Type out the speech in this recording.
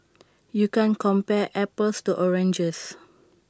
you can't compare apples to oranges